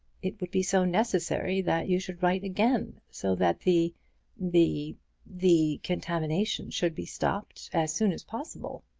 it would be so necessary that you should write again, so that the the the contamination should be stopped as soon as possible.